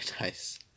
nice